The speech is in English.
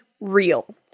real